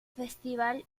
festival